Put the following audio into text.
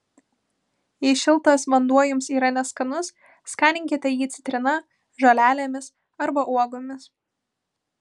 jei šiltas vanduo jums yra neskanus skaninkite jį citrina žolelėmis arba uogomis